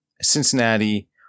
Cincinnati